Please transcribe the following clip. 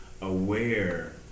aware